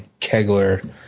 Kegler